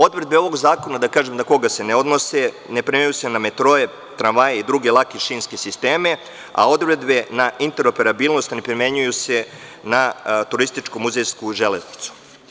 Odredbe ovog zakona ne odnose se na metroe, tramvaje i druge lake šinske sisteme, a odredbe na interoperabilnost ne primenjuju se na turističko-muzejsku železnicu.